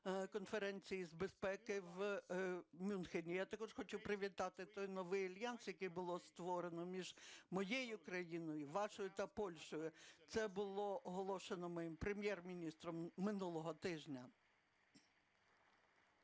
Я також хочу привітати той новий альянс, який було створено між моєю країною, вашою та Польщею. Це було оголошено моїм прем'єр-міністром минулого тижня.